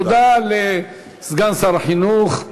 תודה לסגן שר החינוך.